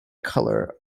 colour